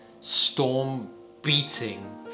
storm-beating